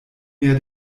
mehr